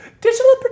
Digital